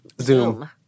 Zoom